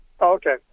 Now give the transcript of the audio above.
Okay